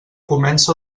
comença